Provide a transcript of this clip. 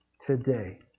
today